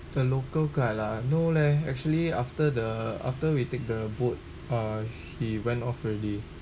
the local guide ah no leh actually after the after we take the boat uh he went off already